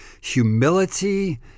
humility